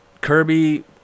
Kirby